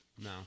No